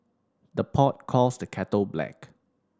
the pot calls the kettle black